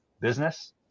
business